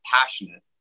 passionate